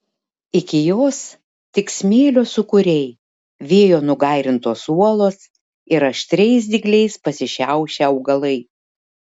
iki jos tik smėlio sūkuriai vėjo nugairintos uolos ir aštriais dygliais pasišiaušę augalai